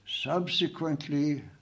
subsequently